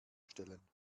stellen